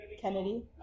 Kennedy